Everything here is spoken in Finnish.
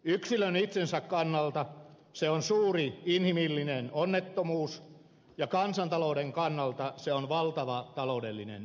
yksilön itsensä kannalta se on suuri inhimillinen onnettomuus ja kansantalouden kannalta se on valtava taloudellinen menetys